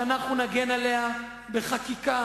אנחנו נגן עליה בחקיקה.